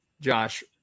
Josh